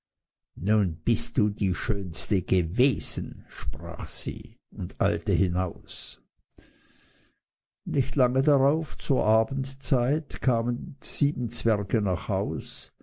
nun bist du die schönste gewesen sprach sie und eilte hinaus nicht lange darauf zur abendzeit kamen die sieben zwerge nach haus